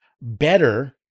Better